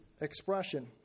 expression